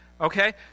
Okay